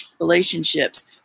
relationships